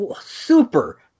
super